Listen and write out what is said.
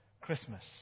Christmas